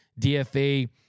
DFA